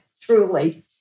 Truly